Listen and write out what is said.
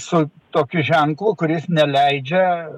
su tokiu ženklu kuris neleidžia